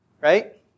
right